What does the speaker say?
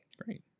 Great